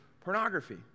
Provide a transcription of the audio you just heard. pornography